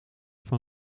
van